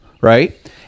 right